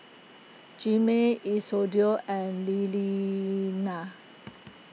Jaime Isidore and Liliana